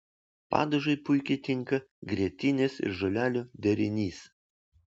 padažui puikiai tinka grietinės ir žolelių derinys